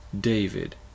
David